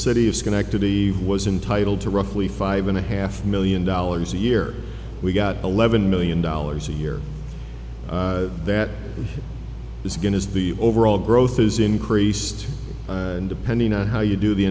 city of schenectady was entitle to roughly five and a half million dollars a year we got eleven million dollars a year that is going is the overall growth has increased and depending on how you do the